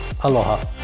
Aloha